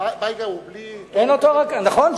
ובייגה, נכון.